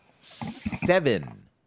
seven